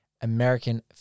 American